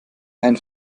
ein